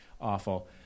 awful